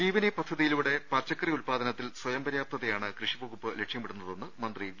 ജീവനി പദ്ധതിയിലൂടെ പച്ചക്കറി ഉൽപാദനത്തിൽ സ്വയം പര്യാപ്തതയാണ് കൃഷി വകുപ്പ് ലക്ഷ്യമിടുന്നതെന്ന് മന്ത്രി വി